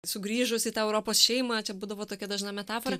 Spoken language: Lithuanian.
sugrįžus į tą europos šeimą čia būdavo tokia dažna metafora